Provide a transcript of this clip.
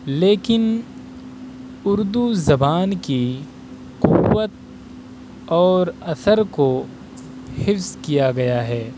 لیکن اردو زبان کی قوت اور اثر کو حفظ کیا گیا ہے